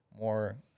more